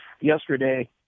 yesterday